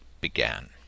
began